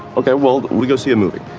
ok. will we go see a movie.